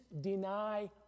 deny